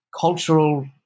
cultural